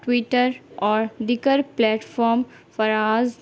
Twitter اور دیگر platform فراز